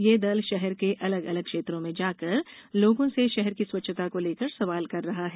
ये दल शहर के अलग अगल क्षेत्रों में जाकर लोगों से शहर की स्वच्छता को लेकर सवाल कर रहा है